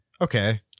Okay